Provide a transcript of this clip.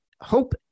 HOPE